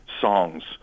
songs